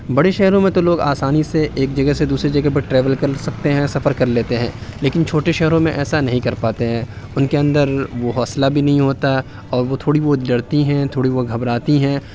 بڑے شہروں میں تو لوگ آسانی سے ایک جگہ سے دوسری جگہ پر ٹریول کر سکتے ہیں سفر کر لیتے ہیں لیکن چھوٹے شہروں میں ایسا نہیں کر پاتے ہیں اُن کے اندر وہ حوصلہ بھی نہیں ہوتا اور وہ تھوڑی بہت ڈرتی ہیں تھوڑی بہت گھبراتی ہیں